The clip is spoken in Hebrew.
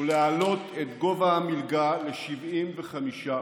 ולהעלות את גובה המלגה ל-75%.